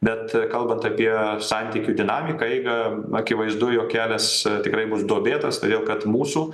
bet kalbant apie santykių dinamiką eigą akivaizdu jog kelias tikrai bus duobėtas todėl kad mūsų